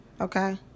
okay